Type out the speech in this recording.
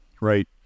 right